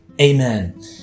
Amen